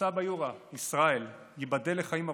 וסבא יורא, ישראל, ייבדל לחיים ארוכים,